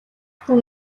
хүн